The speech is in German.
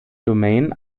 domain